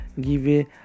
give